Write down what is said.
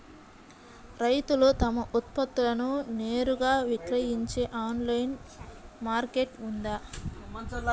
రైతులు తమ ఉత్పత్తులను నేరుగా విక్రయించే ఆన్లైను మార్కెట్ ఉందా?